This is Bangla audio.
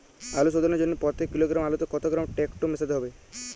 আলু শোধনের জন্য প্রতি কিলোগ্রাম আলুতে কত গ্রাম টেকটো মেশাতে হবে?